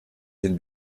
can